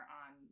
on